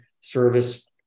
service